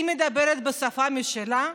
היא מדברת בשפה משלה,